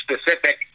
specific